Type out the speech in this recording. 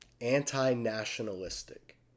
Anti-nationalistic